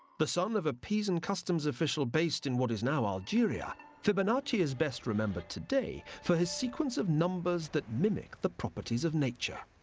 the son of a pisan customs official based in what is now algeria, fibonacci is best remembered today for his sequence of numbers that mimic the properties of nature.